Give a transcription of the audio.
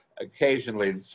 occasionally